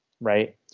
right